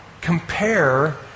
compare